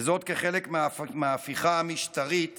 וזאת כחלק מההפיכה המשטרית